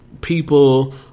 people